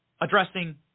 addressing